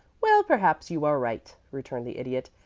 well, perhaps you are right, returned the idiot.